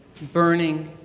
burning,